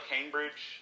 Cambridge